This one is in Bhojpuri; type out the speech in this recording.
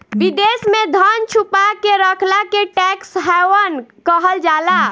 विदेश में धन छुपा के रखला के टैक्स हैवन कहल जाला